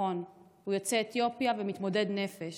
הוא יוצא אתיופיה ומתמודד נפש,